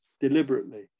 deliberately